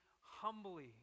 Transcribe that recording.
humbly